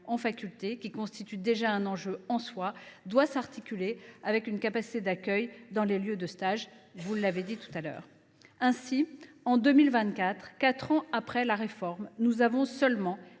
d’étudiants, qui constitue déjà un enjeu en soi, doit s’articuler avec une capacité d’accueil dans les lieux de stage – vous l’avez dit tout à l’heure. Ainsi, en 2024, soit quatre ans après la réforme, nous avons seulement